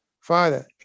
father